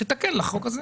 אז תתקן לחוק הזה.